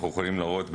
אנחנו יכולים להראות,